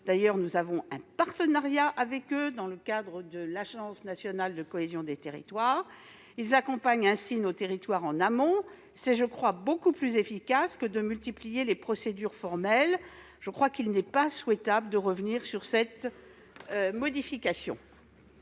d'ailleurs, nous avons un partenariat avec eux dans le cadre de l'Agence nationale de la cohésion des territoires. Ils accompagnent ainsi nos territoires en amont. C'est, je crois, beaucoup plus efficace que de multiplier les procédures formelles. Il n'est donc pas souhaitable de revenir sur les récentes